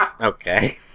okay